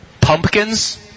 Pumpkins